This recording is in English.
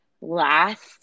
last